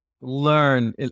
learn